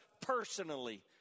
personally